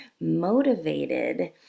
motivated